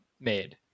made